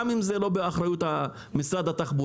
גם אם זה לא באחריות משרד התחבורה,